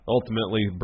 Ultimately